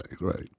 right